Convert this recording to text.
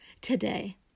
today